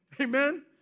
Amen